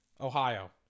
Ohio